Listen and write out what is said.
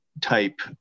type